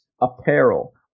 apparel